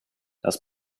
das